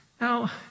Now